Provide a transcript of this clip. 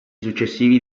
successivi